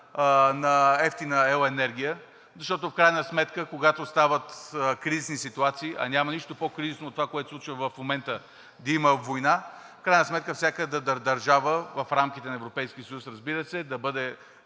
на евтина електроенергия. В крайна сметка, когато стават кризисни ситуации, а няма нищо по-кризисно от това, което се случва в момента, да има война и всяка държава в рамките на Европейския съюз, разбира се, да бъде